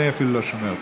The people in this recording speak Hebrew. אני אפילו לא שומע אותו.